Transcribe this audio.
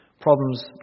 Problems